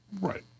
Right